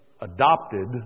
adopted